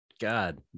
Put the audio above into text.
god